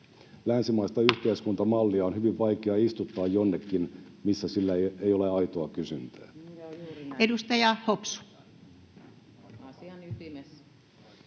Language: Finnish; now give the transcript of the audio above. Länsimaista yhteiskuntamallia on hyvin vaikea istuttaa jonnekin, missä sillä ei ole aitoa kysyntää.